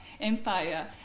Empire